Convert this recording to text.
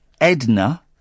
Edna